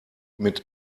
mit